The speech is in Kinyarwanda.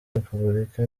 repubulika